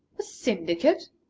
a syndicate!